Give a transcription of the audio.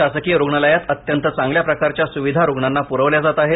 शासकीय रुग्णालयात अत्यंत चांगल्या प्रकारच्या सुविधा रुग्णांना प्रवल्या जात आहेत